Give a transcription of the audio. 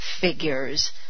figures